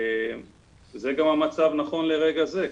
זה גם המצב נכון לרגע זה,